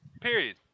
Period